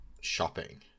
Shopping